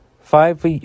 five